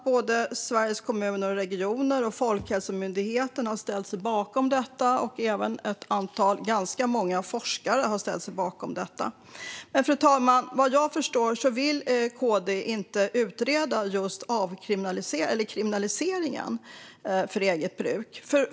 Både Sveriges Kommuner och Regioner och Folkhälsomyndigheten har ställt sig bakom detta, liksom ganska många forskare. Men, fru talman, vad jag förstår vill Kristdemokraterna inte utreda kriminaliseringen av eget bruk.